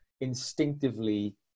instinctively